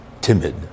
timid